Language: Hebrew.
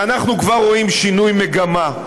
ואנחנו כבר רואים שינוי מגמה,